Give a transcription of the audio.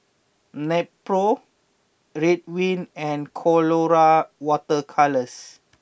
Nepro Ridwind and Colora Water Colours